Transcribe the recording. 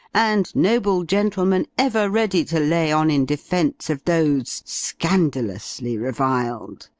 and noble gentlemen ever ready to lay on in defence of those scandalously reviled!